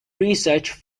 research